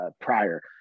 prior